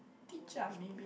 teach ah maybe